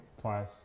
twice